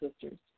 sisters